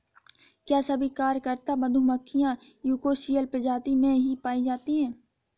क्या सभी कार्यकर्ता मधुमक्खियां यूकोसियल प्रजाति में ही पाई जाती हैं?